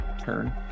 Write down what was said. turn